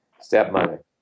Stepmother